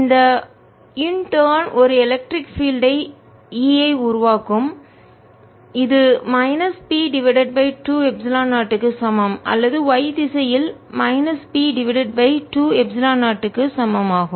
இந்த இன்டர்ன் ஒரு electric field மின் புலம் E ஐ உருவாக்கும் இது minus P divided by 2 epsilon 0 க்கு சமம் அல்லது y திசையில் minus P divided by 2 epsilon 0 க்கு சமம் ஆகும்